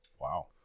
Wow